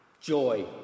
Joy